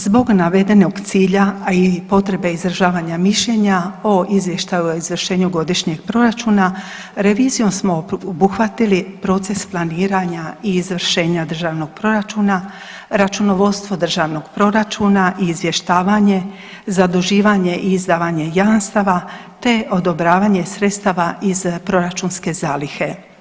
Zbog navedenog cilja, a i potrebe izražavanja mišljenja o izvršenju godišnjeg proračuna revizijom smo obuhvatili proces planiranja i izvršenja državnog proračuna, računovodstvo državnog proračuna i izvještavanje, zaduživanje i izdavanje jamstava, te odobravanje sredstava iz proračunske zalihe.